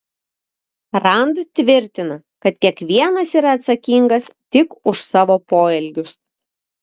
rand tvirtina kad kiekvienas yra atsakingas tik už savo poelgius